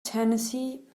tennessee